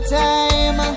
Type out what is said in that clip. time